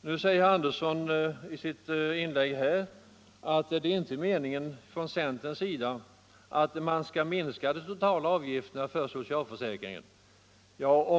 Nu säger herr Andersson i Nybro att man från centern inte avser att de totala avgifterna för socialförsäkringen skall minskas.